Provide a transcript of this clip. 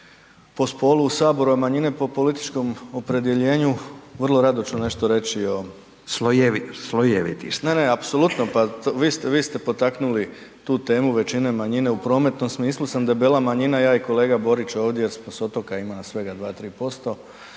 po spolu u Saboru a manjine po političkom opredjeljenju, vrlo rado ću nešto reći o … …/Upadica Radin: Slojeviti ste./… Ne, ne, apsolutno, pa vi ste potaknuli tu temu većine-manjine, u prometnom smislu sam debela manjina ja i kolega Borić jer smo s otoka, ima nas svega 2, 3%,